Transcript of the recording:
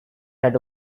had